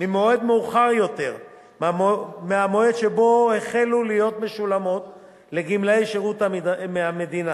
ממועד מאוחר יותר מהמועד שבו החלו להיות משולמות לגמלאי שירות המדינה.